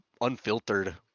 unfiltered